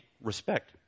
respect